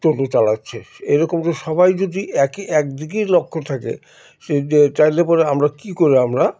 টোটো চালাচ্ছে এরকম তো সবাই যদি একে একদিকেই লক্ষ্য থাকে সেই যে চাইলে পরে আমরা কী করে আমরা